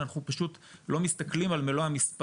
אנחנו פשוט לא מסתכלים על מלוא המספרים,